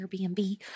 Airbnb